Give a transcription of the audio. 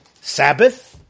Sabbath